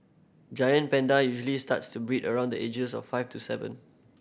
giant panda usually starts to breed around the ages of five to seven